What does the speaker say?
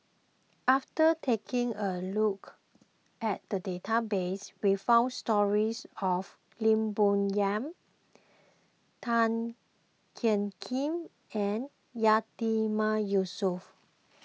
after taking a look at the database we found stories of Lim Bo Yam Tan Jiak Kim and Yatiman Yusof